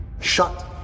Shut